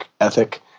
ethic